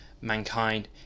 mankind